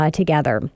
together